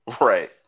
Right